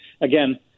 again